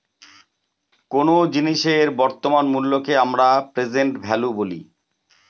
কোন জিনিসের বর্তমান মুল্যকে আমরা প্রেসেন্ট ভ্যালু বলি